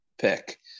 pick